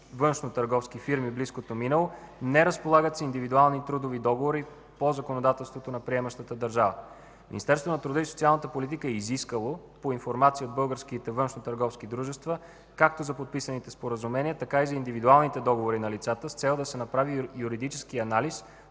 времето е изтекло) не разполагат с индивидуални трудови договори по законодателството на приемащата държава. Министерството на труда и социалната политика е изисквало информация от българските външнотърговските дружества както за подписаните споразумения, така и за индивидуалните договори на лицата с цел да се направи юридически анализ